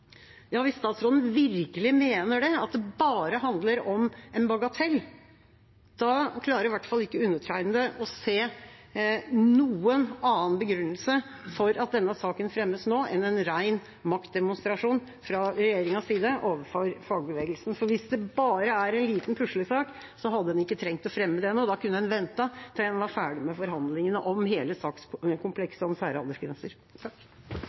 Hvis statsråden virkelig mener at det bare handler om en bagatell, klarer i hvert fall ikke jeg å se noen annen begrunnelse for at denne saken fremmes nå enn en ren maktdemonstrasjon fra regjeringas side overfor fagbevegelsen. Hvis det bare er en liten puslesak, hadde man ikke trengt å fremme den nå, da kunne man ventet til man var ferdig med forhandlingene om hele